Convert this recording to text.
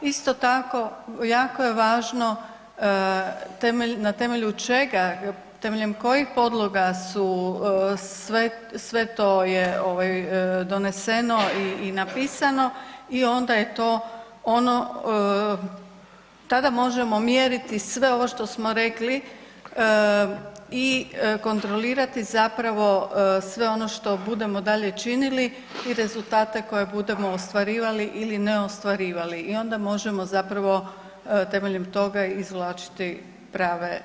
Isto tako jako je važno na temelju čega, temeljem kojih podloga su, sve, sve to je ovaj doneseno i napisano i onda je to ono, tada možemo mjeriti sve ovo što smo rekli i kontrolirati zapravo sve ono što budemo dalje činili i rezultate koje budemo ostvarivali ili ne ostvarivali i onda možemo zapravo temeljem toga izvlačiti prave zaključke.